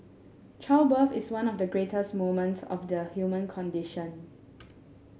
childbirth is one of the greatest moments of the human condition